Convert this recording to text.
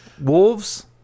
Wolves